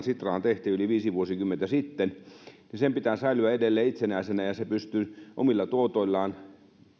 sitraan tehtiin aikanaan yli viisi vuosikymmentä sitten pääomittaminen ja sen pitää säilyä edelleen itsenäisenä se pystyy omilla tuotoillaan